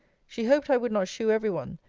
she hoped i would not shew every one,